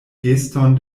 geston